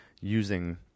using